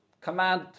command